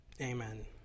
Amen